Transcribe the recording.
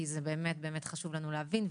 כי זה באמת-באמת חשוב לנו להבין.